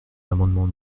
l’amendement